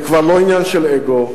זה כבר לא עניין של אגו,